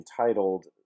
entitled